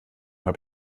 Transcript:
habe